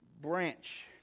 branch